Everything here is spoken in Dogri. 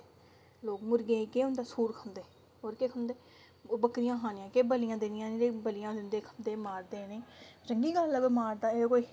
लोक मुर्गे गी केह् होंदा सुअर खंदे होर केह् खंदे ओह् बकरिंया खानियां बलियां देनियां जेह्ड़ी बलियां दिंदे खंदे मारदे उ'नेंगी चंगी गल्ल ऐ कोई मारदा कोई